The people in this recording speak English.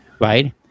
Right